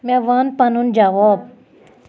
مےٚ وَن پَنُن جواب